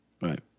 right